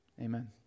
Amen